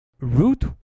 root